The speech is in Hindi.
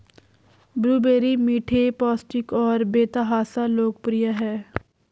ब्लूबेरी मीठे, पौष्टिक और बेतहाशा लोकप्रिय हैं